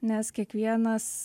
nes kiekvienas